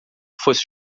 fosse